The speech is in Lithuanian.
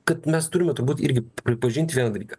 kad mes turime turbūt irgi pripažint vieną dalyką